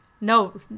No